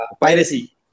piracy